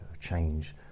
change